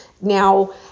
Now